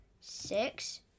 six